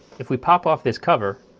if we pop off this cover,